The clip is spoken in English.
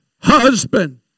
husband